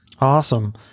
awesome